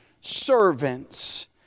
servants